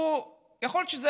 יכול להיות,